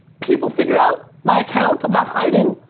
people figured out my account. i'm not hiding,